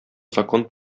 закон